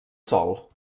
sol